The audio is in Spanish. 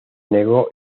negó